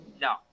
no